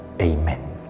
Amen